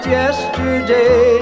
yesterday